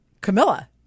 Camilla